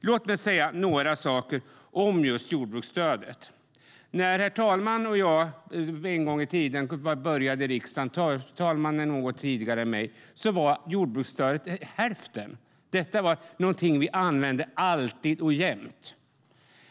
Låt mig säga några saker om just jordbruksstödet. När talmannen och jag en gång i tiden började i riksdagen - talmannen något tidigare än jag - utgjorde jordbruksstödet hälften. Detta var något vi alltid använde.